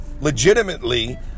legitimately